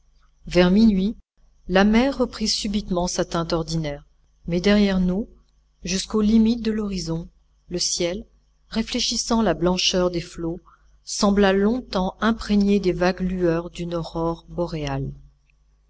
vers minuit la mer reprit subitement sa teinte ordinaire mais derrière nous jusqu'aux limites de l'horizon le ciel réfléchissant la blancheur des flots sembla longtemps imprégné des vagues lueurs d'une aurore boréale